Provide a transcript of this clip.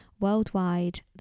worldwide